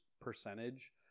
percentage